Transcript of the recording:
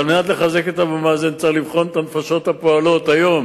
וכדי לחזק את אבו מאזן צריך לבחון את הנפשות הפועלות היום